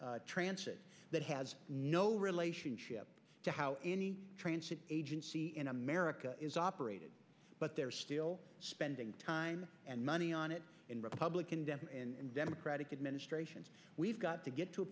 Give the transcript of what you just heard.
for transit that has no relationship to how any agency in america is operated but they're still spending time and money on it in republican and democratic administrations we've got to get to a